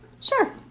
Sure